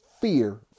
fear